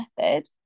method